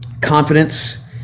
confidence